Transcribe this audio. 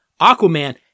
Aquaman